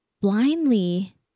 blindly